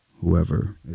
whoever